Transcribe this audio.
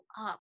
up